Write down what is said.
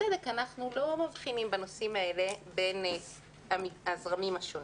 בצדק אנחנו לא מבחינים בנושאים האלה בין הזרמים השונים,